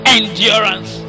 endurance